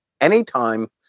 anytime